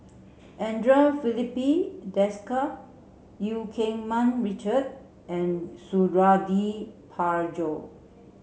Andre Filipe Desker Eu Keng Mun Richard and Suradi Parjo